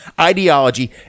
ideology